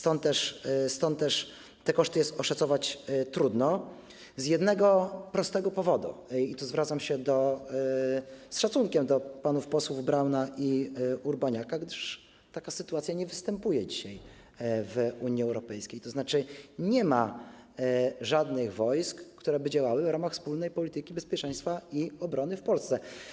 Trudno jest oszacować te koszty z jednego prostego powodu - i tu zwracam się z szacunkiem do panów posłów Brauna i Urbaniaka - gdyż taka sytuacja nie występuje dzisiaj w Unii Europejskiej, tzn. nie ma żadnych wojsk, które działałyby w ramach wspólnej polityki bezpieczeństwa i obrony w Polsce.